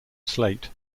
slate